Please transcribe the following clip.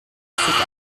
sich